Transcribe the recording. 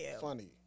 funny